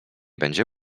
będzie